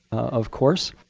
of course.